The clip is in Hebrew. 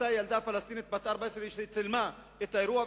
אותה ילדה פלסטינית בת 14 שצילמה את האירוע.